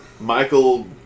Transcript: Michael